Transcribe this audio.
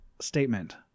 statement